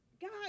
God